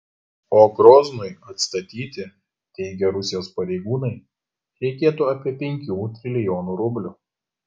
o groznui atstatyti teigia rusijos pareigūnai reikėtų apie penkių trilijonų rublių